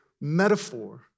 metaphor